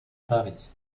paris